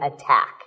attack